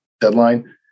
deadline